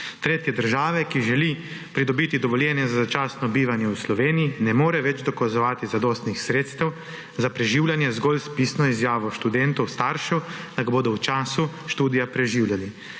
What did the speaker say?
tretje države, ki želi pridobiti dovoljenje za začasno bivanje v Sloveniji, ne more več dokazovati zadostnih sredstev za preživljanje zgolj s pisno izjavo študentov staršev, da ga bodo v času študija preživljali.